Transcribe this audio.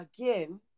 again